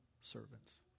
servants